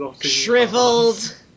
Shriveled